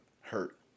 hurt